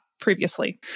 previously